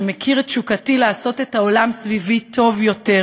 שמכיר את תשוקתי לעשות את העולם סביבי טוב יותר,